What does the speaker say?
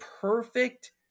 perfect